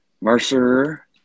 Mercer